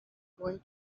going